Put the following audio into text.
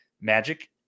magic